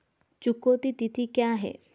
चुकौती तिथि क्या है?